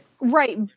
Right